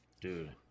Dude